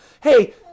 Hey